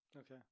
Okay